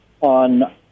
on